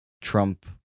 Trump